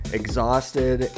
exhausted